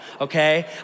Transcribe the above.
okay